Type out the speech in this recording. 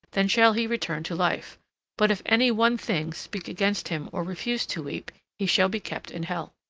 then shall he return to life but if any one thing speak against him or refuse to weep, he shall be kept in hel.